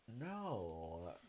No